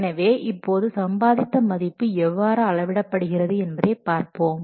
எனவே இப்போது சம்பாதித்த மதிப்பு எவ்வாறு அளவிடப்படுகிறது என்பதை பார்ப்போம்